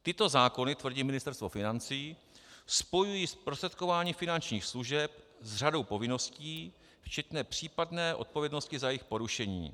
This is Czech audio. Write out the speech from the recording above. Tyto zákony, tvrdí Ministerstvo financí, spojují zprostředkování finančních služeb s řadou povinností včetně případné odpovědnosti za jejich porušení.